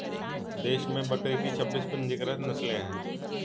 देश में बकरी की छब्बीस पंजीकृत नस्लें हैं